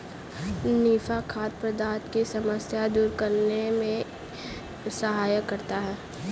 निफा खाद्य पदार्थों की समस्या दूर करने में सहायता करता है